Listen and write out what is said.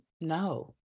no